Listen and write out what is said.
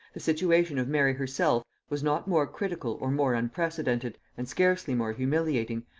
the situation of mary herself was not more critical or more unprecedented, and scarcely more humiliating,